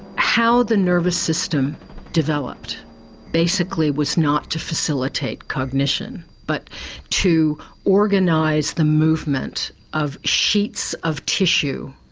how the nervous system developed basically was not to facilitate cognition but to organise the movement of sheets of tissue,